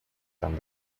tan